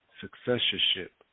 successorship